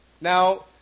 Now